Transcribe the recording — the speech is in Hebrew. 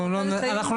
אנחנו לא נספיק,